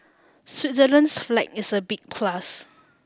Switzerland's flag is a big plus